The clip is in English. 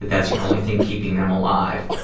that's the only thing keeping them alive.